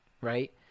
right